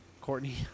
Courtney